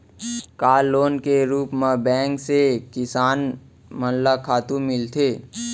का लोन के रूप मा बैंक से किसान मन ला खातू मिलथे?